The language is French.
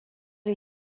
lui